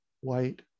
white